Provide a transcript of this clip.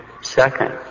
Second